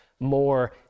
more